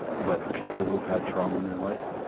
but people who've had trauma in their life,